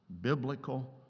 Biblical